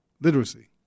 literacy